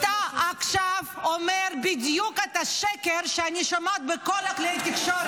אתה עכשיו אומר בדיוק את השקר שאני שומעת בכל כלי התקשורת.